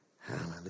Hallelujah